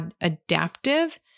adaptive